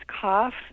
cough